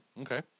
Okay